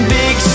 big